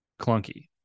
clunky